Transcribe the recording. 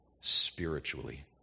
spiritually